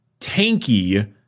tanky